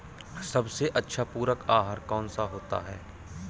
सबसे अच्छा पूरक आहार कौन सा होता है?